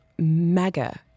mega